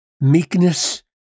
meekness